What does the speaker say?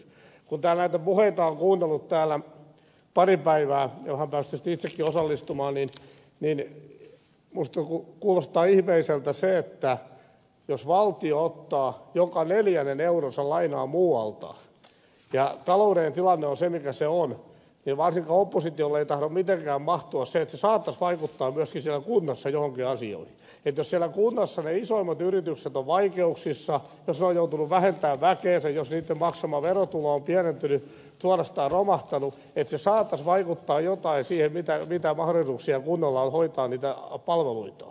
kun täällä on kuunnellut pari päivää näitä puheita joihin pääsi tietysti itsekin osallistumaan niin minusta kuulostaa ihmeelliseltä se että jos valtio ottaa joka neljännen euronsa lainaa muualta ja taloudellinen tilanne on se mikä se on niin varsinkaan oppositiolle ei tahdo mitenkään mahtua se että se saattaisi vaikuttaa myöskin siellä kunnassa joihinkin asioihin että jos siellä kunnassa ne isoimmat yritykset ovat vaikeuksissa jos ne ovat joutuneet vähentämään väkeänsä jos niitten maksama verotulo on pienentynyt suorastaan romahtanut se saattaisi vaikuttaa jotain siihen mitä mahdollisuuksia kunnalla on hoitaa niitä palveluitaan